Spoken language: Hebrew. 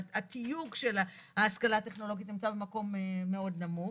והתיוג של ההשכלה הטכנולוגית נמצא במקום מאוד נמוך.